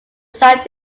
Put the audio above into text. site